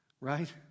Right